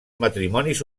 matrimonis